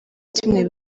kimwe